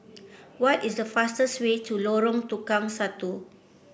what is the fastest way to Lorong Tukang Satu